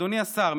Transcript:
אדוני השר,